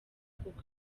kuko